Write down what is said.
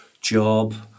job